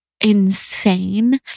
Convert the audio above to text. insane